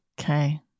Okay